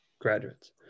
graduates